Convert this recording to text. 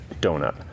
donut